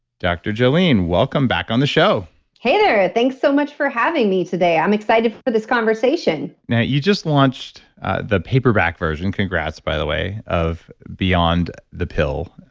dr. jolene brighten, welcome back on the show hey there. thanks so much for having me today. i'm excited for this conversation now, you just launched the paperback version, congrats by the way of beyond the pill,